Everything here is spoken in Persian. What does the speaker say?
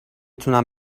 تونم